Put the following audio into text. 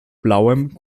blauem